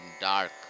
dark